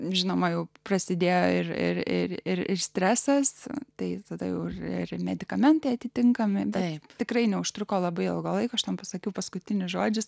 žinoma jau prasidėjo ir ir stresas tai tada ir medikamentai atitinkami taip tikrai neužtruko labai ilgo laiko štampas akių paskutinius žodžius